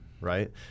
right